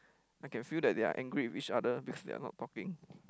I can feel that they are angry with each other because they are not talking